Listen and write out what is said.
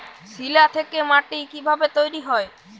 শিলা থেকে মাটি কিভাবে তৈরী হয়?